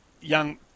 young